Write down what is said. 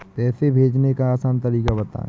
पैसे भेजने का आसान तरीका बताए?